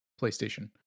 PlayStation